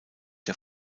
der